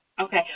Okay